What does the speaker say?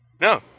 no